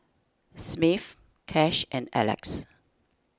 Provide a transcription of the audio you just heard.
Smith Kash and Alexys